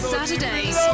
Saturdays